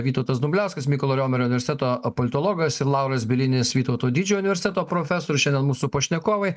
vytautas dumbliauskas mykolo riomerio universiteto politologas lauras bielinis vytauto didžiojo universiteto profesorius šiandien mūsų pašnekovai